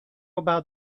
about